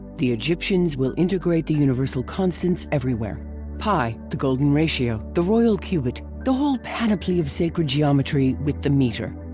the egyptians will integrate the universal constants everywhere pi, the golden ratio, the royal cubit, the whole panoply of sacred geometry with the meter.